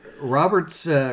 Robert's